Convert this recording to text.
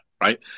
right